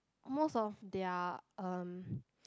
most of their um